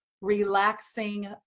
relaxing